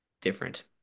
different